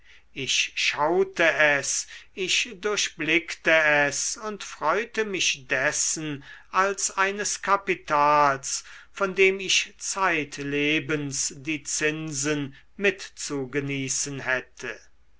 ich schaute es ich durchblickte es und freute mich dessen als eines kapitals von dem ich zeitlebens die zinsen mitzugenießen hätte